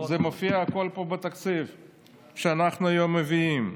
הכול מופיע פה, בתקציב שאנחנו היום מביאים.